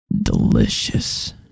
delicious